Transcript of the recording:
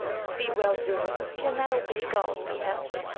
be well doing can that obey god's behest,